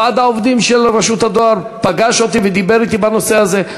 ועד העובדים של רשות הדואר פגש אותי ודיבר אתי בנושא הזה.